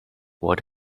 what